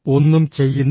ഒന്നും ചെയ്യുന്നില്ല